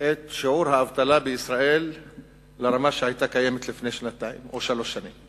את שיעור האבטלה בישראל לרמה שהיתה קיימת לפני שנתיים או שלוש שנים.